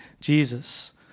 Jesus